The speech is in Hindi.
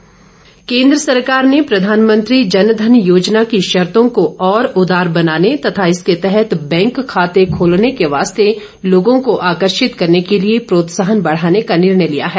जनघन योजना केंद्र सरकार ने प्रधानमंत्री जन धन योजना की शर्तों को और उदार बनाने तथा इसके तहत बैंक खाते खोलने के वास्ते लोगों को आकर्षित करने के लिए प्रोत्साहन बढ़ाने का निर्णय लिया है